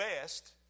best